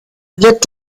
wird